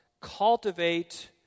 cultivate